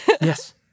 Yes